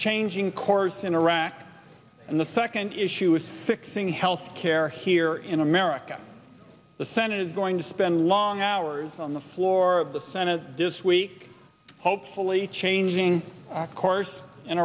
changing course in iraq and the second issue is fixing health care here in america the senate is going to spend long hours on the floor of the senate this week hopefully changing course in